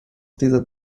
dieser